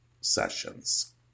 sessions